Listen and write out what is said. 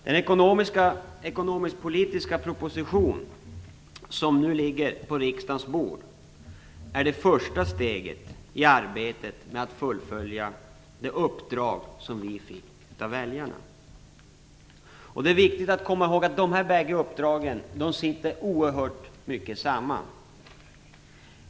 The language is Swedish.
Den ekonomisk-politiska proposition som nu ligger på riksdagens bord är det första steget i arbetet med att fullfölja det uppdrag som vi fick av väljarna. Det är viktigt att komma ihåg att båda dessa uppdrag hänger oerhört starkt samman.